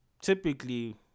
Typically